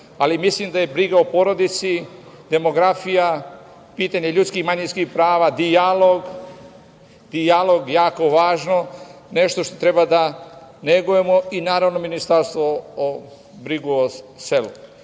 ali mislim da je briga o porodici, demografija, pitanje ljudskih i manjinskih prava, dijalog, jako važno, nešto što treba da negujemo i naravno, Ministarstvo za brigu o selu,